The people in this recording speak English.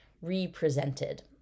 represented